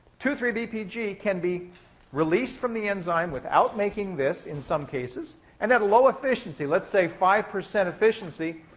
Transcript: two zero three bpg can be released from the enzyme, without making this, in some cases, and at a low efficiency, let's say five percent efficiency,